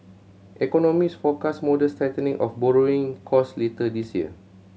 economist forecast modest tightening of borrowing cost later this year